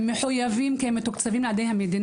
הם מחויבים כי הם מתוקצבים על ידי המדינה.